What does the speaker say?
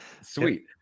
sweet